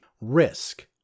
risk